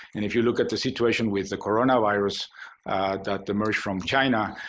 and if you look at the situation with the coronavirus that emerged from china,